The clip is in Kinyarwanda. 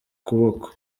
ukuboko